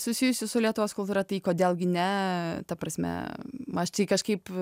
susijusių su lietuvos kultūra tai kodėl gi ne ta prasme aš čia kažkaip